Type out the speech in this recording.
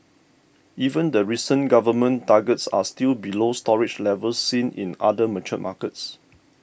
even the recent government targets are still below storage levels seen in other mature markets